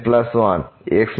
x x0n1